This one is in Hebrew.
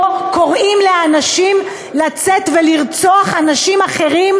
קוראים לאנשים לצאת ולרצוח אנשים אחרים,